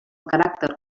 caràcter